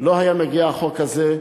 לא היה מגיע החוק הזה,